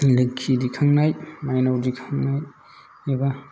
लोखि दिखांनाय माइनाव दिखांनाय एबा